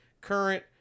current